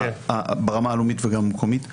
גם ברמה הלאומית וגם המקומית,